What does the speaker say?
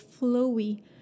flowy